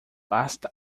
basta